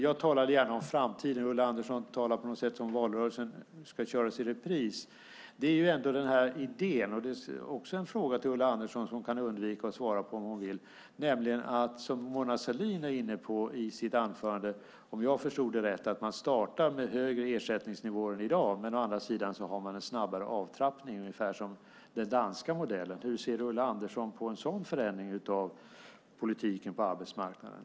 Jag talar gärna om framtiden. Ulla Andersson talar på något sätt som om valrörelsen ska köras i repris. Jag har en fråga till Ulla Andersson som hon kan undvika att svara på om hon vill. Mona Sahlin har i ett anförande varit inne på, om jag förstod det rätt, att man ska starta med högre ersättningsnivåer än i dag men att man å andra sidan ska ha en snabbare avtrappning, ungefär som i den danska modellen. Hur ser Ulla Andersson på en sådan förändring av politiken på arbetsmarknaden?